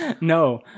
No